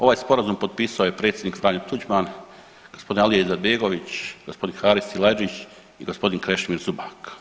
Ovaj sporazum potpisao je predsjednik Franjo Tuđman, gospodin Alija Izetbegović, gospodin Haris Silajdžić i gospodin Krešimir Zubak.